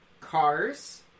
cars